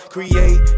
Create